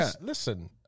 listen